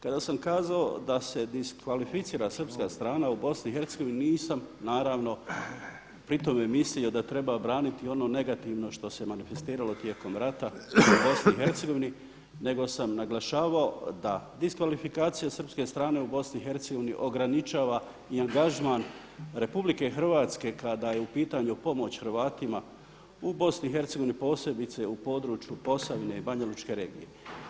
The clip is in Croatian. Kada sam kazao da se diskvalificira srpska strana u BiH nisam naravno pri tome mislio da treba braniti ono negativno što se manifestiralo tijekom rata u BiH nego sam naglašavao da diskvalifikacija srpske strane u BiH ograničava i angažman RH kada je u pitanju pomoć Hrvatima u BiH posebice u području Posavine i Banjalučke regije.